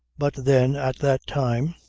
but then, at that time,